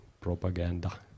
propaganda